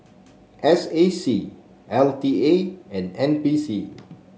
S A C L T A and N P C